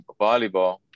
volleyball